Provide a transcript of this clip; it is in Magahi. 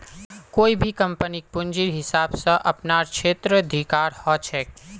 कोई भी कम्पनीक पूंजीर हिसाब स अपनार क्षेत्राधिकार ह छेक